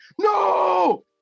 no